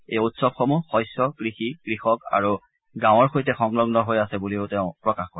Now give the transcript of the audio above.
এই উৎসৱসমূহ শস্য কৃষি কৃষক আৰু গাঁৱৰ সৈতে সংলগ্ন হৈ আছে বুলিও তেওঁ প্ৰকাশ কৰে